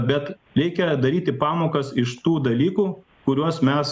bet reikia daryti pamokas iš tų dalykų kuriuos mes